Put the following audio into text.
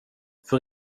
för